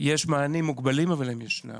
יש מענים מוגבלים אבל הם ישנם.